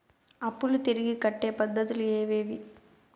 అప్పులు తిరిగి కట్టే పద్ధతులు ఏవేవి